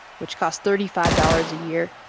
which cost thirty five dollars a year,